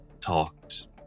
talked